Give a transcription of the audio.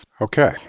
Okay